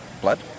blood